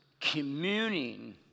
communing